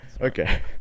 okay